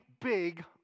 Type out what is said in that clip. big